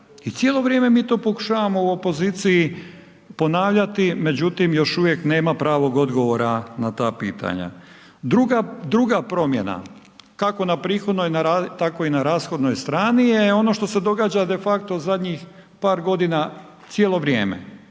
i cijelo vrijeme mi to pokušavamo u opoziciji ponavljati, međutim još uvijek nema pravog odgovora na ta pitanja. Druga, druga promjena kako na prihodnoj, tako i na rashodnoj strani je ono što se događa defakto u zadnjih par godina cijelo vrijeme,